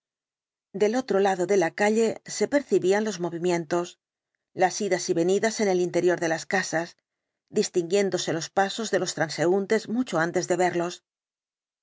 del otro lado de la calle se percibían los movimientos las idas y venidas en el interior de las casas distinguiéndose los pasos de los transeúntes mucho antes de verlos